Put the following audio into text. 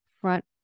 front